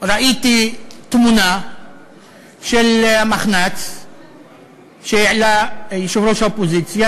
ראיתי תמונה של המחנ"צ שהעלה יושב-ראש האופוזיציה,